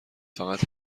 فقط